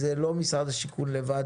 זה לא משרד השיכון לבד.